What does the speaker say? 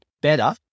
better